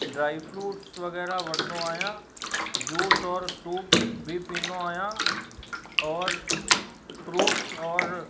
dry fruits वग़ैरह वठंदो आहियां जूस और सूप बि पीअंदो आहियां और फ्रूट्स और